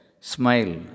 smile